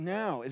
now